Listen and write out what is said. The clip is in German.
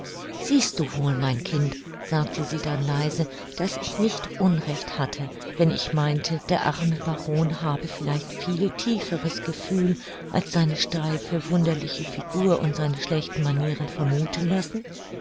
siehst du wohl mein kind sagte sie dann leise daß ich nicht unrecht hatte wenn ich meinte der arme baron habe vielleicht viel tieferes gefühl als seine steife wunderliche figur und seine schlechten manieren vermuthen lassen